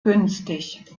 günstig